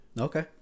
Okay